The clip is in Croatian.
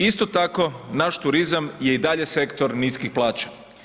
Isto tako, naš turizam je i dalje sektor niskih plaća.